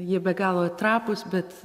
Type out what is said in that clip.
jie be galo trapūs bet